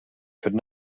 could